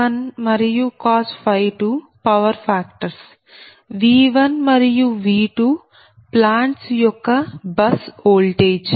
1 మరియు 2 power factors V1 మరియు V2 plants యొక్క బస్ ఓల్టేజ్